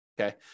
okay